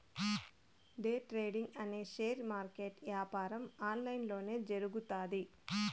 day trading అనే share market యాపారం online లొనే జరుగుతాది